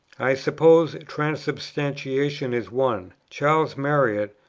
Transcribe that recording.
i suppose transubstantiation is one. charles marriott,